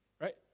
right